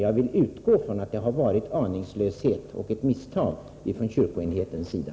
Jag utgår från att det har varit fråga om aningslöshet och ett misstag ifrån kyrkoenhetens sida.